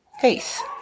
faith